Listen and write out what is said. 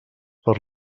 per